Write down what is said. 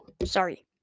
sorry